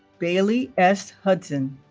bailey s. hudson